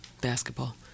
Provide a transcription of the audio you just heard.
basketball